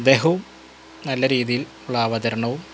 അദ്ദേഹവും നല്ല രീതിയില് ഉള്ള അവതരണവും